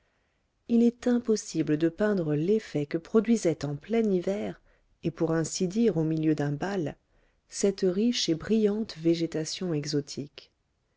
il est impossible de peindre l'effet que produisait en plein hiver et pour ainsi dire au milieu d'un bal cette riche et brillante végétation exotique